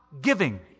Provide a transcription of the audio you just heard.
giving